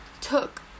took